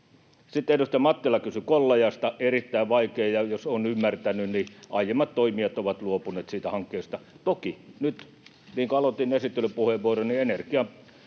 Sitten edustaja Mattila kysyi Kollajasta: erittäin vaikeaa, ja jos olen ymmärtänyt, niin aiemmat toimijat ovat luopuneet siitä hankkeesta. Toki nyt, niin kuin aloitin esittelypuheenvuoroni, energialaput